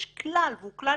יש כלל, והוא כלל